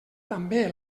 també